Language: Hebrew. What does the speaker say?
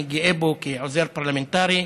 אני גאה בו כעוזר פרלמנטרי,